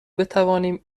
بتوانیم